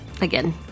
Again